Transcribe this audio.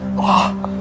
walk.